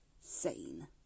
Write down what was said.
sane